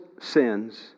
sins